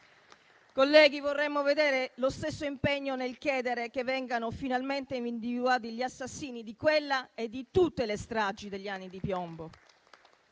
Colleghi, vorremmo vedere lo stesso impegno nel chiedere che vengano finalmente individuati gli assassini di quella e di tutte le stragi degli anni di piombo.